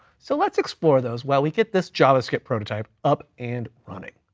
so let's explore those while we get this javascript prototype up, and running.